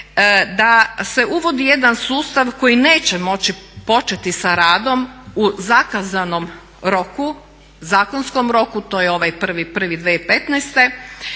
da se uvodi jedan sustav koji neće moći početi sa radom u zakazanom roku, zakonskom roku to je ovaj 1.1.2015.